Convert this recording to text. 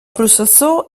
processó